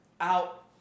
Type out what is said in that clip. out